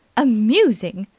amusing!